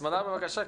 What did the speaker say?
סמדר, בבקשה.